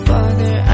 Father